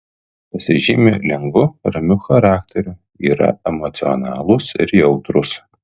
pasižymi lengvu ramiu charakteriu yra emocionalūs ir jautrūs